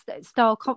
style